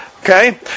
Okay